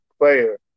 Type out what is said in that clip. player